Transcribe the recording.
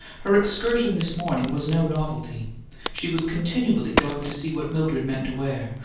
her excursion this morning was no novelty she was continually going to see what mildred meant to wear,